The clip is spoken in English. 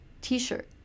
T-shirt